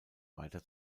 weiter